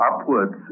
upwards